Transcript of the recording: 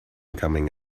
coming